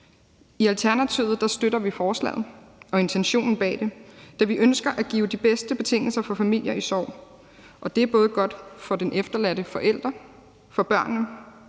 I Alternativet støtter vi forslaget og intentionen bag det, da vi ønsker at give de bedste betingelser for familier i sorg, og det er både godt for den efterladte forælder, for børnene